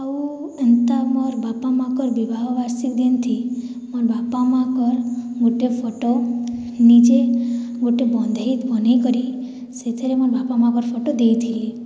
ଆଉ ଏନ୍ତା ମୋର ବାପା ମାଆଙ୍କର ବିବାହ ବାର୍ଷିକ୍ ଦିନ ଥି ମୋର ବାପା ମାଆଙ୍କର ଗୋଟିଏ ଫଟୋ ନିଜେ ଗୋଟିଏ ବନ୍ଧାଇ ବନାଇ କରି ସେଥିରେ ମୋର ବାପା ମାଆଙ୍କର ଫଟୋ ଦେଇଥିଲି